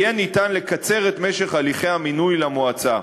יהיה ניתן לקצר את משך הליכי המינוי למועצה.